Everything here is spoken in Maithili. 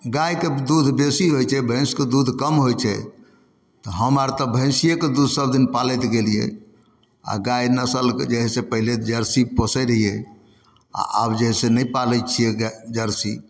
गायके दूध बेसी होइ छै भैंसके दूध कम होइ छै हम आर तऽ भैंसियेके दूध सबदिन पालैत गेलियै आओर गाय नस्लके जे हइ से पहिले जर्सी पोसय रहियै आओर आब जे हइसे नहि पालय छियै गाय जर्सी